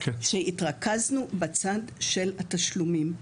שהתרכזנו בצד של התשלומים.